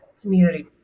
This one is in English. community